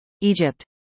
Egypt